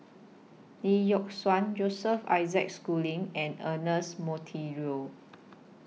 Lee Yock Suan Joseph Isaac Schooling and Ernest Monteiro